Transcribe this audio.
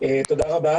תודה רבה.